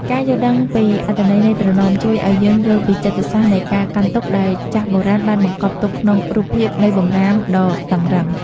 ការយល់ដឹងពីអត្ថន័យនៃត្រណមជួយឱ្យយើងយល់ពីចិត្តសាស្ត្រនៃការកាន់ទុក្ខដែលចាស់បុរាណបានបង្កប់ទុកក្នុងរូបភាពនៃបម្រាមដ៏តឹងរ៉ឹង។